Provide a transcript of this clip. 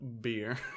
beer